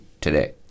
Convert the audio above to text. today